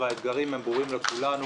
והאתגרים ברורים לכולנו.